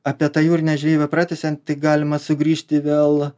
apie tą jūrinę žvejybą pratęsiant tai galima sugrįžti vėl